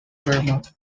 vermont